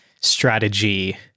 strategy